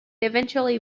eventually